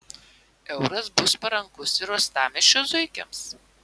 euras bus parankus ir uostamiesčio zuikiams